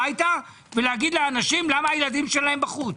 אני רוצה לחזור הביתה ולהגיד לאנשים למה הילדים שלהם בחוץ.